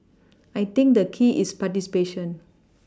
I think the key is participation